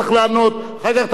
אחר כך אתה שואל אותו מה דעתו,